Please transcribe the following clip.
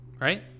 Right